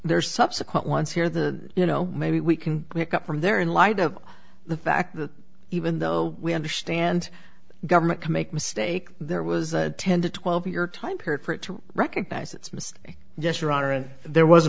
there's subsequent ones here the you know maybe we can pick up from there in light of the fact that even though we understand government can make a mistake there was a ten to twelve year time period for it to recognize it